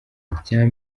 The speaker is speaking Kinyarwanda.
icya